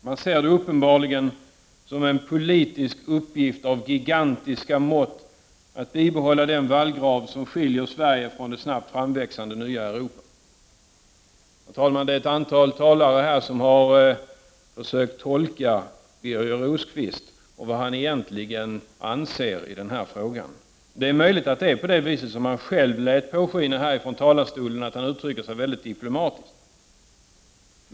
Man ser det uppenbarligen som en politisk uppgift av gigantiska mått att bibehålla den vallgrav som skiljer Sverige från det snabbt framväxande nya Europa. Herr talman! Ett antal talare här har försökt tolka Birger Rosqvist och vad han egentligen anser i den här frågan. Det är möjligt att det är på det sättet — Prot. 1989/90:31 som han själv lät påskina från talarstolen, nämligen att han uttrycker sig 22 november 1989 mycket diplomatiskt.